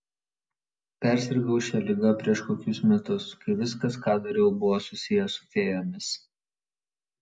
persirgau šia liga prieš kokius metus kai viskas ką dariau buvo susiję su fėjomis